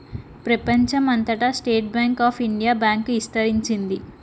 ప్రెపంచం అంతటా State Bank of India bank ఇస్తరించింది